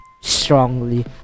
strongly